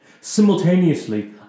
Simultaneously